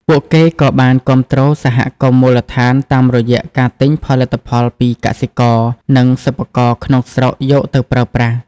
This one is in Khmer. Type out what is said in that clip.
ពួកគេក៏បានគាំទ្រសហគមន៍មូលដ្ឋានតាមរយៈការទិញផលិតផលពីកសិករ និងសិប្បករក្នុងស្រុកយកទៅប្រើប្រាស់ ។